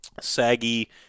Saggy